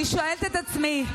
אני שואלת את עצמי.